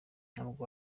ntabwo